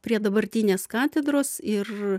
prie dabartinės katedros ir